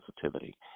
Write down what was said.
sensitivity